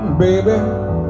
Baby